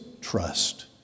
trust